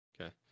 Okay